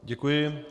Děkuji.